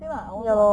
same lah I also [what]